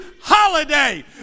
holiday